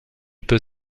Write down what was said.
peut